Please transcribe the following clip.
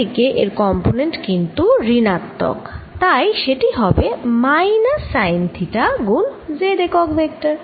z দিকে এর component কিন্তু ঋণাত্মক তাই সেটি হবে মাইনাস সাইন থিটা গুণ z একক ভেক্টর